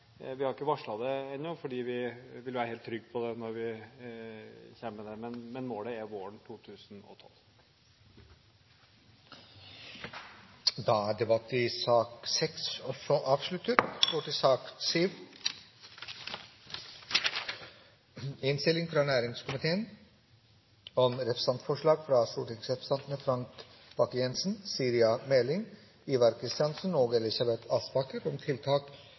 vi har ikke varslet det ennå fordi vi vil være helt trygge på når vi kommer med det. Men målet er våren 2012. Flere har ikke bedt om ordet til sak nr. 6. Etter ønske fra næringskomiteen vil presidenten foreslå at taletiden begrenses til 40 minutter og